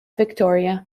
victoria